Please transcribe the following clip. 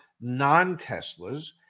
non-Teslas